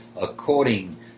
according